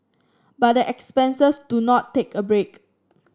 but the expenses do not take a break